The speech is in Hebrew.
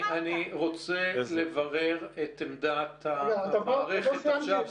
אני רוצה לברר את עמדת המערכת עכשיו.